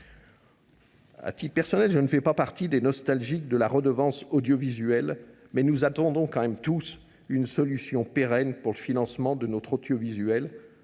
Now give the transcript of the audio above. À titre personnel, je ne fais pas partie des nostalgiques de la redevance audiovisuelle, mais nous attendons tous une solution pérenne pour le financement du secteur audiovisuel,